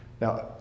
Now